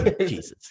Jesus